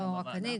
לא רק אני,